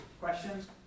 Questions